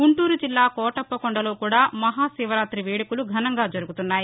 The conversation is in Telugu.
గుంటూరు జిల్లా కోటప్పకొండలో కూడా మహాశివరాతి వేడుకలు ఘనంగా జరుగుతున్నాయి